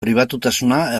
pribatutasuna